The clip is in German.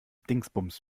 dingsbums